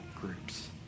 groups